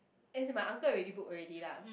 as in my uncle already book already lah